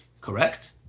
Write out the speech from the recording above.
correct